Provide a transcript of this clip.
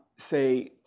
say